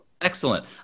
Excellent